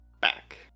back